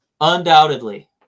undoubtedly